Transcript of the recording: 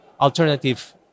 alternative